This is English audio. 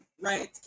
right